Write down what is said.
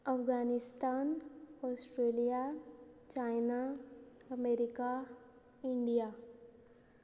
Afghanistan Australia China America India